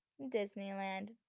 Disneyland